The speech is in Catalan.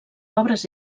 obres